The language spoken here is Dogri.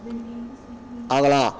अगला